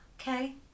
Okay